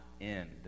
end